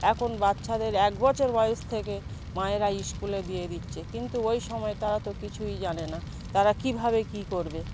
এখন বাচ্চাদের এক বছর বয়স থেকে মায়েরা স্কুলে দিয়ে দিচ্ছে কিন্তু ওই সময় তারা তো কিছুই জানে না তারা কীভাবে কী করবে